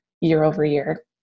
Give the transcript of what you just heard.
Year-over-year